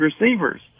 receivers